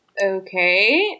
Okay